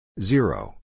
Zero